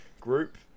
group